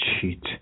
cheat